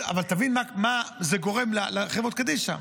אבל תבין מה זה גורם לחברות קדישא.